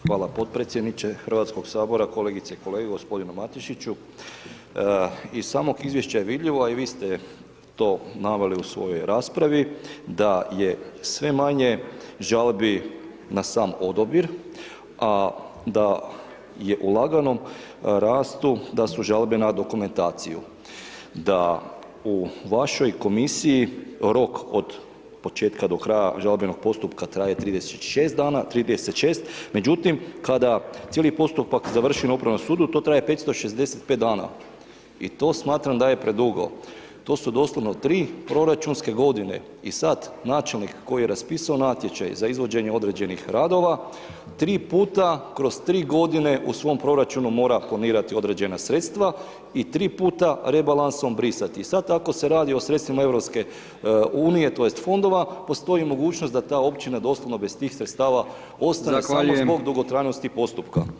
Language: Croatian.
Hvala potpredsjedniče HS, kolegice i kolege, g. Matešiću, iz samog izvješća je vidljivo, a i vi ste to naveli u svojoj raspravi da je sve manje žalbi na sam odabir, a da je u laganom rastu da su žalbe na dokumentaciju, da u vašoj komisiji rok od početka do kraja žalbenog postupka traje 36 dana, međutim, kada cijeli postupak završi na upravnom sudu, to traje 565 dana i to smatram da je predugo, to su doslovno tri proračunske godine i sad načelnik koji je raspisao natječaj za izvođenje određenih radova, tri puta kroz tri godine u svom proračunu mora planirati određena sredstva i tri puta rebalansom brisati i sad ako se radi o sredstvima EU tj. fondova postoji mogućnost da ta općina doslovno bez tih sredstva ostane [[Upadica: Zahvaljujem]] samo zbog dugotrajnosti postupka.